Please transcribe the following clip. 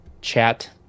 chat